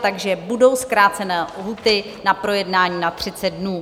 Takže budou zkrácené lhůty na projednání na 30 dnů.